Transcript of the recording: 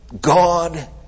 God